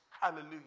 Hallelujah